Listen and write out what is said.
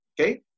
Okay